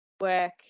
work